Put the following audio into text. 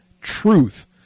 truth